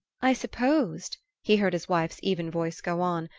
i supposed, he heard his wife's even voice go on,